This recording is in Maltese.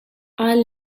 qal